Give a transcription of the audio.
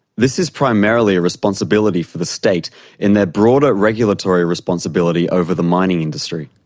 this is primarily a responsibility for the state in their broader regulatory responsibility over the mining industry.